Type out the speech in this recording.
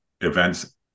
events